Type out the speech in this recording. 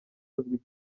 azwi